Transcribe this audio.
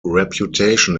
reputation